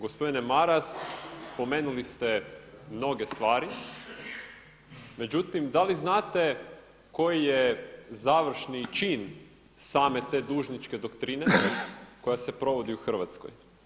Gospodine Maras, spomenuli ste mnoge stvari, međutim da li znate koji je završni čin same te dužničke doktrine koja se provodi u Hrvatskoj.